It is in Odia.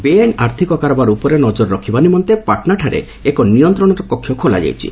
ବେଆଇନ ଆର୍ଥିକ କାରବାର ଉପରେ ନଜର ରଖିବା ନିମନ୍ତେ ପାଟନାଠାରେ ଏକ ନିୟନ୍ତ୍ରଣ କକ୍ଷ ଖୋଲାଯାଇଛି